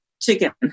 chicken